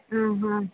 हा हा